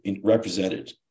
represented